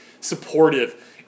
supportive